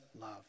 love